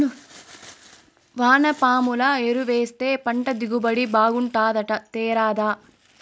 వానపాముల ఎరువేస్తే పంట దిగుబడి బాగుంటాదట తేరాదా